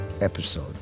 episode